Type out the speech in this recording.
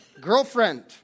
girlfriend